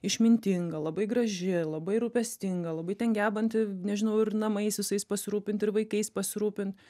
išmintinga labai graži labai rūpestinga labai ten gebanti nežinau ir namais visais pasirūpint ir vaikais pasirūpin